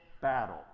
battle